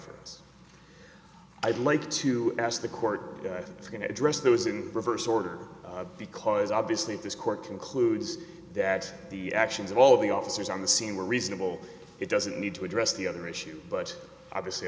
us i'd like to ask the court i think we're going to address those in reverse order because obviously if this court concludes that the actions of all the officers on the scene were reasonable it doesn't need to address the other issues but obviously